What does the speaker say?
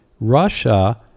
Russia